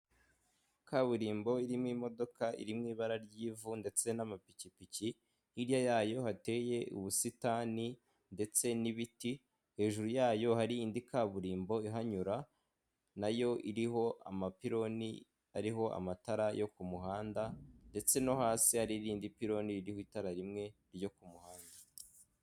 Kaburimbo irimo imodoka iri mu ibara ry'ivu ndetse n'amapikipiki, hirya yayo hateye ubusitani ndetse n'ibiti hejuru yayo hari indi kaburimbo ihanyura, nayo iriho amapironi ariho amatara yo ku muhanda, ndetse no hasi hari irindi pironi ririho itara rimwe ryo ku muhanda.